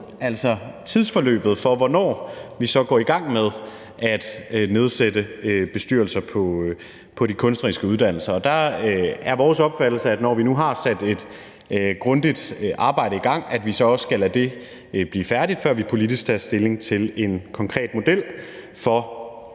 altså tidsforløbet, i forhold til hvornår vi så går i gang med at nedsætte bestyrelser på de kunstneriske uddannelser. Og der er det vores opfattelse, at når vi nu har sat et grundigt arbejde i gang, skal vi også lade det blive færdigt, før vi politisk tager stilling til en konkret model for